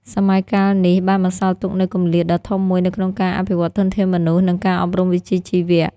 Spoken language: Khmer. សម័យកាលនេះបានបន្សល់ទុកនូវគម្លាតដ៏ធំមួយនៅក្នុងការអភិវឌ្ឍធនធានមនុស្ស និងការអប់រំវិជ្ជាជីវៈ។